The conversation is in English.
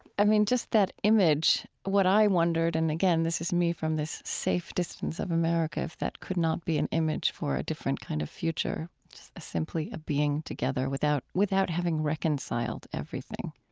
i mean, just that image, what i wondered, and again, this is me from this safe distance of america, if that could not be an image for a different kind of future, just simply being together without without having reconciled everything